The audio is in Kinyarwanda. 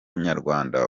nyarwanda